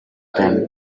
them